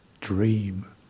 dream